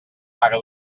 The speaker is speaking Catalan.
vaga